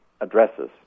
addresses